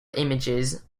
images